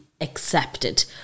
accepted